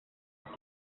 není